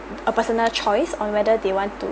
a personal choice on whether they want to